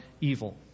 evil